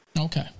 Okay